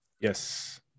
yes